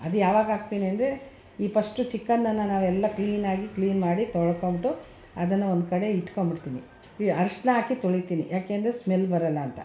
ಅದು ಯಾವಾಗ ಹಾಕ್ತೀವಿ ಅಂದರೆ ಈ ಫಸ್ಟು ಚಿಕನನ್ನು ನಾವೆಲ್ಲ ಕ್ಲೀನಾಗಿ ಕ್ಲೀನ್ ಮಾಡಿ ತೊಳ್ಕೊಂಡು ಅದನ್ನು ಒಂದು ಕಡೆ ಇಟ್ಕೊಂಡ್ಬಿಡ್ತೀನಿ ಅರಶಿಣ ಹಾಕಿ ತೊಳಿತೀನಿ ಯಾಕೆಂದರೆ ಸ್ಮೆಲ್ ಬರೋಲ್ಲ ಅಂತ